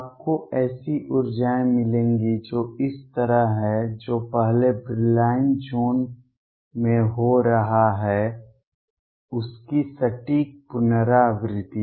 आपको ऐसी ऊर्जाएँ मिलेंगी जो इस तरह हैं जो पहले ब्रिलॉइन ज़ोन में हो रहा है उसकी सटीक पुनरावृत्ति